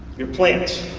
your plants.